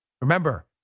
Remember